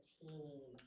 team